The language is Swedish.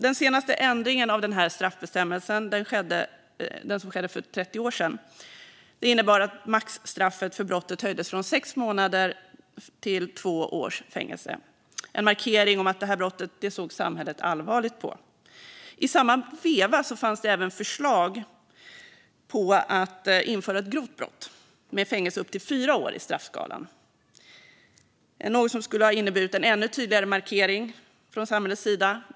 Den senaste ändringen av den här straffbestämmelsen, som skedde för 30 år sedan, innebar att maxstraffet för brottet höjdes från sex månaders till två års fängelse, en markering om att samhället såg allvarligt på detta brott. I samma veva fanns det även förslag om att införa ett grovt brott, med fängelse på upp till fyra år i straffskalan, något som skulle ha inneburit en ännu tydligare markering från samhällets sida.